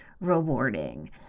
rewarding